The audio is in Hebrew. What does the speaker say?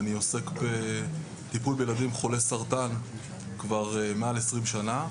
ואני עוסק בטיפול בילדים חולי סרטן כבר מעל 20 שנה.